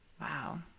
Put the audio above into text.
Wow